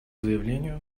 заявлению